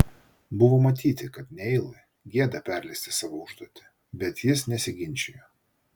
buvo matyti kad neilui gėda perleisti savo užduotį bet jis nesiginčijo